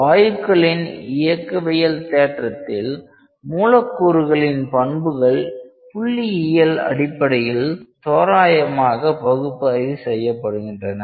வாயுக்களின் இயக்கவியல் தேற்றத்தில் மூலக்கூறுகளின் பண்புகள் புள்ளியியல் அடிப்படையில் தோராயமாக பகுப்பாய்வு செய்யப்படுகிறது